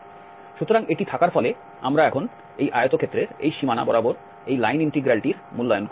সুতরাং এটি থাকার ফলে আমরা এখন এই আয়তক্ষেত্রের এই সীমানা বরাবর এই লাইন ইন্টিগ্রাল টির মূল্যায়ন করব